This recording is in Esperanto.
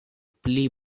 pli